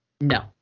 No